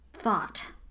thought